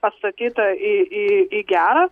atstatyta į į į gerą